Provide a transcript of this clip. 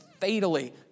fatally